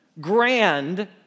grand